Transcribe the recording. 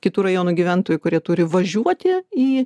kitų rajonų gyventojai kurie turi važiuoti į